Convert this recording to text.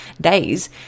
days